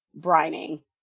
brining